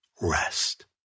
rest